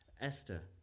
Esther